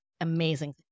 Amazing